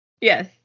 yes